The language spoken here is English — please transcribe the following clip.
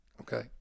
Okay